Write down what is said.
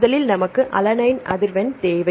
முதலில் நமக்கு அலனைன் அதிர்வெண் தேவை